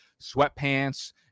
sweatpants